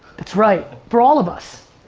that's right, for all of us.